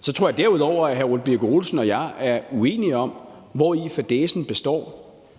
Så tror jeg derudover, at hr. Ole Birk Olesen og jeg er uenige om, hvori fadæsen består.